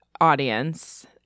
audience